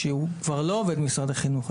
כשהוא כבר לא עובד משרד החינוך.